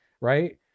right